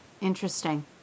interesting